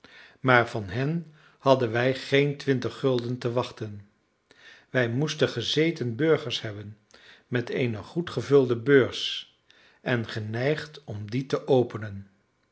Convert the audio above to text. maar van hen hadden wij geen twintig gulden te wachten wij moesten gezeten burgers hebben met eene goed gevulde beurs en geneigd om die te openen